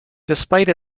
despite